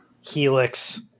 Helix